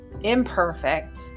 imperfect